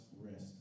rest